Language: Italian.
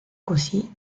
così